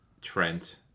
Trent